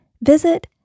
visit